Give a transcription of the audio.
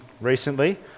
recently